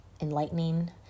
enlightening